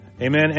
Amen